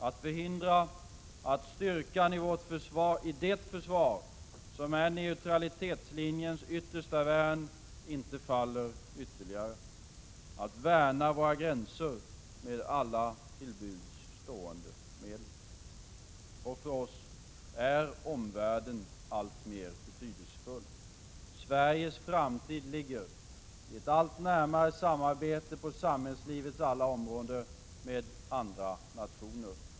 Att förhindra att styrkan i det försvar som är neutralitetslinjens yttersta värn inte faller ytterligare. Att värna våra gränser med alla till buds stående medel. För oss är omvärlden alltmer betydelsefull. Sveriges framtid ligger i ett allt närmare samarbete på samhällslivets alla områden med andra nationer.